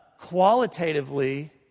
qualitatively